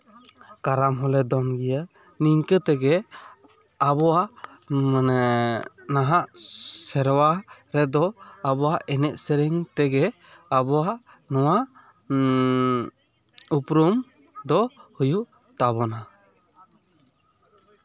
ᱠᱟᱨᱟᱢ ᱦᱚᱸᱞᱮ ᱫᱚᱱ ᱜᱮᱭᱟ ᱱᱤᱝᱠᱟᱹ ᱛᱮᱜᱮ ᱟᱵᱚᱣᱟᱜ ᱢᱟᱱᱮ ᱱᱟᱦᱟᱜ ᱥᱮᱨᱣᱟ ᱨᱮᱫᱚ ᱟᱵᱚᱣᱟᱜ ᱮᱱᱮᱡ ᱥᱮᱨᱮᱧ ᱛᱮᱜᱮ ᱟᱵᱚᱣᱟᱜ ᱱᱚᱣᱟ ᱩᱯᱨᱩᱢ ᱫᱚ ᱦᱩᱭᱩᱜ ᱛᱟᱵᱳᱱᱟ